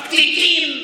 פתיתים.